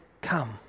come